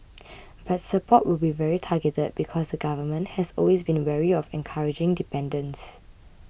but support will be very targeted because the Government has always been wary of encouraging dependence